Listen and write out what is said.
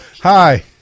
Hi